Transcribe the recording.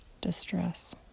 distress